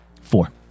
Four